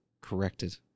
Corrected